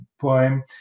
poem